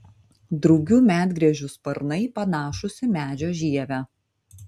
drugių medgręžių sparnai panašūs į medžio žievę